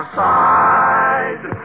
side